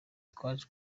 twaje